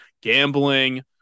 gambling